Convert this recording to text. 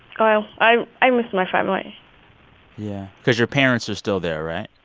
well, i i miss my family yeah, because your parents are still there, right?